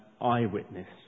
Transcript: eyewitness